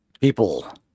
People